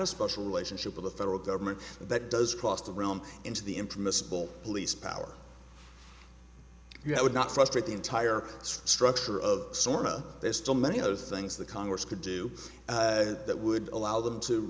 a special relationship with the federal government that does cross the room into the impermissible police power if you had not frustrate the entire structure of sora there's still many other things the congress could do that would allow them to